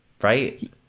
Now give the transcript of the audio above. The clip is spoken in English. right